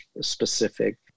specific